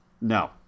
No